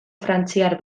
frantziar